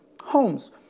homes